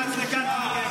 עבריין.